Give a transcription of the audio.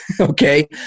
okay